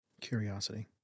Curiosity